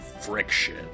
friction